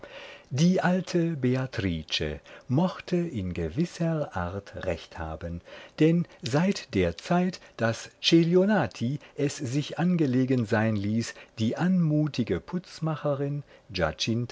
die alte beatrice mochte in gewisser art recht haben denn seit der zeit daß celionati es sich angelegen sein ließ die anmutige